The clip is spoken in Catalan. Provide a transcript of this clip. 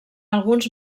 alguns